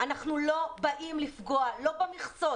לא במכסות.